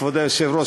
כבוד היושב-ראש,